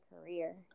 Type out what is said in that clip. career